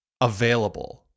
available